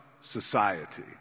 society